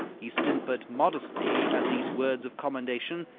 he simpered modestly at these words of commendation,